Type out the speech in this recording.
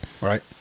Right